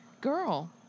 girl